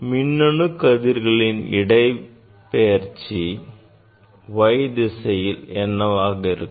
மின்னணு கதிர்களின் இடப்பெயர்ச்சி y திசையில் என்னவாக இருக்கும்